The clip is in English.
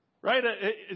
right